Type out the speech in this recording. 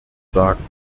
sagen